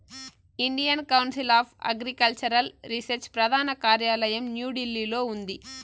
Indian Council of Agricultural Research ప్రధాన కార్యాలయం న్యూఢిల్లీలో ఉంది